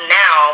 now